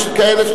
יש כאלה,